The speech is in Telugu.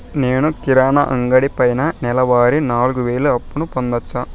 నేను కిరాణా అంగడి పైన నెలవారి నాలుగు వేలు అప్పును పొందొచ్చా?